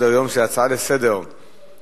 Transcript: להצעה לסדר-היום בנושא: